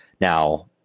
Now